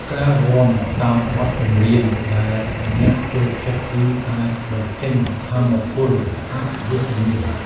ការរាំតាមបទចម្រៀងដែលអ្នកចូលចិត្ត គឺអាចបញ្ចេញថាមពលអវិជ្ជមាន។